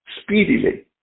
speedily